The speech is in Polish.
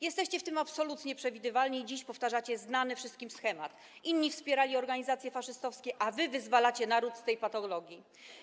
Jesteście w tym absolutnie przewidywalni i dziś powtarzacie znany wszystkim schemat: inni wspierali organizacje faszystowskie, a wy wyzwalacie naród z tej patologii.